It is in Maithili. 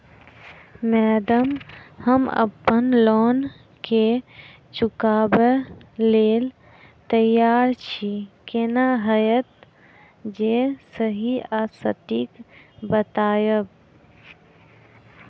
मैडम हम अप्पन लोन केँ चुकाबऽ लैल तैयार छी केना हएत जे सही आ सटिक बताइब?